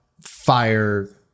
fire